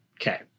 Okay